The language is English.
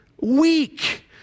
Weak